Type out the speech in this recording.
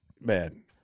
man